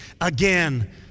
again